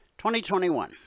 2021